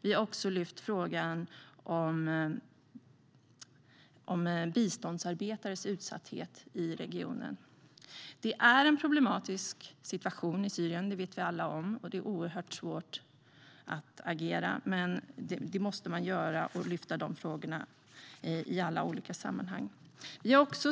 Vi har också lyft fram frågan om biståndsarbetares utsatthet i regionen. Det är en problematisk situation i Syrien. Det vet vi alla om. Det är oerhört svårt att agera, men det måste man göra och lyfta fram de frågorna i alla olika sammanhang. Vi har också